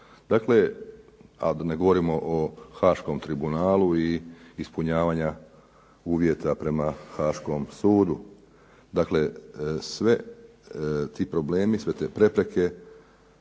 uniji. A da ne govorimo o Haškom tribunalu i ispunjavanje uvjeta prema Haškom sudu. Dakle svi ti problemi, sve te prepreke,